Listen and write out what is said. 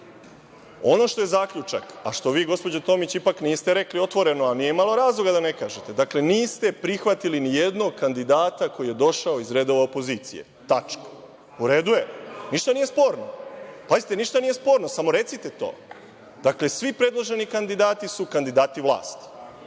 što je zaključak, a što vi gospođo Tomić ipak niste rekli otvoreno, a nije malo razloga da ne kažete, niste prihvatili ni jednog kandidata koji je došao iz redova opozicije. Tačka. U redu je, ništa nije sporno. Pazite, ništa nije sporno, samo recite to. Dakle, svi predloženi kandidati su kandidati vlasti.